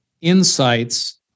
insights